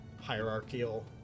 hierarchical